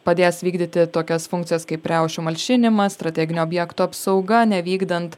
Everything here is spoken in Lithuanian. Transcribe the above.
padės vykdyti tokias funkcijas kaip riaušių malšinimas strateginio objekto apsauga nevykdant